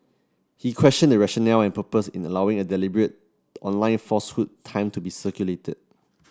he questioned the rationale and purpose in allowing a deliberate online falsehood time to be circulated